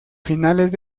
finales